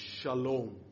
shalom